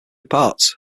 parts